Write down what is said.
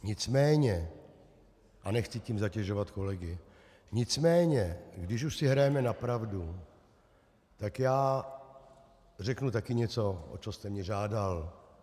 Nicméně, a nechci tím zatěžovat kolegy, nicméně když už si hrajeme na pravdu, tak řeknu taky něco, o co jste mě žádal.